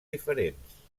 diferents